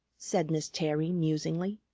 said miss terry musingly.